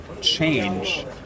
change